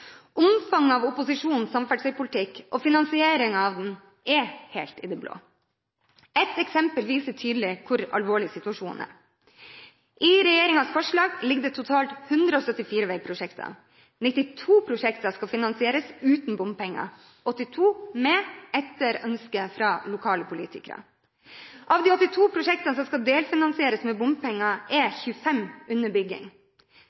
Omfanget av opposisjonens samferdselspolitikk, og finansieringen av den, er helt i det blå. Ett eksempel viser tydelig hvor alvorlig situasjonen er: I regjeringens forslag ligger totalt 174 veiprosjekter. 92 prosjekter skal finansieres uten bompenger, og 82 prosjekter med bompenger – etter ønske fra lokale politikere. Av de 82 prosjektene som skal delfinansieres med bompenger,